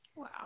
Wow